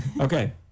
Okay